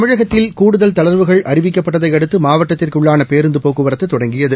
தமிழகத்தில் கூடுதல் தளா்வுகள் அறிவிக்கப்பட்டதை அடுத்து மாவட்டதிற்கு உள்ளான பேருந்து போக்குவரத்து தொடங்கியது